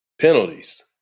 Penalties